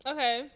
Okay